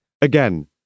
Again